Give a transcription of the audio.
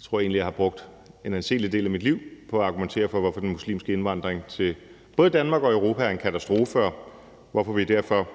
tror egentlig, jeg har brugt en anselig del af mit liv på at argumentere for, hvorfor den muslimske indvandring til både Danmark og Europa er en katastrofe, og hvorfor vi derfor